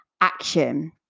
action